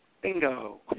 Bingo